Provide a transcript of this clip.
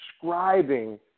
describing